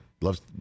loves